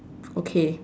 okay